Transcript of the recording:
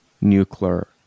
nuclear